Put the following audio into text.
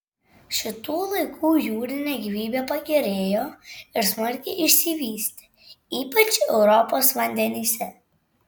šitų laikų jūrinė gyvybė pagerėjo ir smarkiai išsivystė ypač europos vandenyse